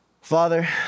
Father